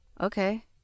Okay